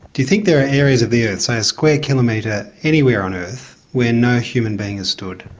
do you think there are areas of the earth, say a square kilometre anywhere on earth, where no human being has stood?